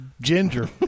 ginger